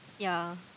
ya